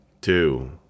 two